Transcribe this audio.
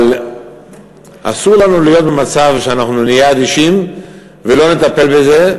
אבל אסור לנו להיות במצב שנהיה אדישים ולא נטפל בזה,